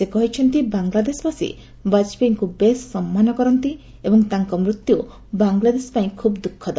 ସେ କହିଛନ୍ତି ବାଂଲାଦେଶବାସୀ ବାଜପେୟୀଙ୍କୁ ବେଶ୍ ସମ୍ମାନ କରିଛନ୍ତି ଏବଂ ତାଙ୍କ ମୃତ୍ୟୁ ବାଂଲାଦେଶ ପାଇଁ ଖୁବ୍ ଦୁଃଖଦ